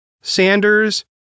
Sanders